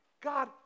God